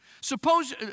Suppose